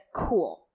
cool